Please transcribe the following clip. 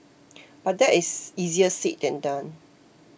but that is easier said than done